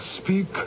speak